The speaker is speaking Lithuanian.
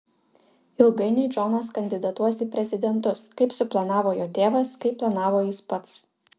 ilgainiui džonas kandidatuos į prezidentus kaip suplanavo jo tėvas kaip planavo jis pats